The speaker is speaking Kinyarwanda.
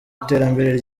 iterambere